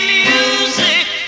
music